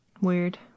Weird